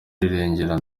rirengera